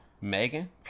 Megan